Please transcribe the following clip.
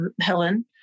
Helen